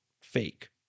fake